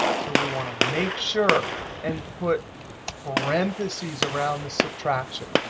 so, we want to make sure and put parentheses around the subtraction.